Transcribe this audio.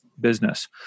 Business